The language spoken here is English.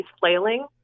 flailing